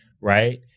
right